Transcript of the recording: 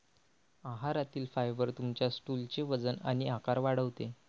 आहारातील फायबर तुमच्या स्टूलचे वजन आणि आकार वाढवते